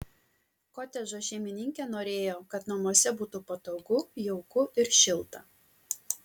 kotedžo šeimininkė norėjo kad namuose būtų patogu jauku ir šilta